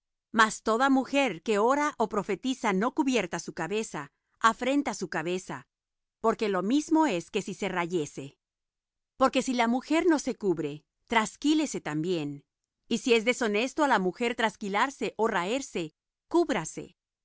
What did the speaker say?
mas toda mujer que ora ó profetiza no cubierta su cabeza afrenta su cabeza porque lo mismo es que si se rayese porque si la mujer no se cubre trasquílese también y si es deshonesto á la mujer trasquilarse ó raerse cúbrase